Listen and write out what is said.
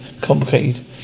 Complicated